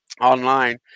online